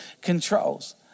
controls